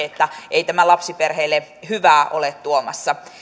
että ei tämä lapsiperheille hyvää ole tuomassa